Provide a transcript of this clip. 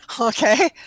Okay